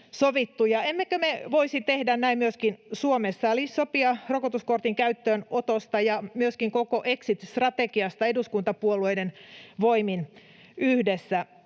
Emmekö me voisi tehdä näin myöskin Suomessa eli sopia rokotuskortin käyttöönotosta ja myöskin koko exit-strategiasta eduskuntapuolueiden voimin yhdessä?